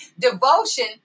Devotion